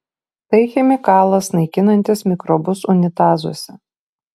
tai chemikalas naikinantis mikrobus unitazuose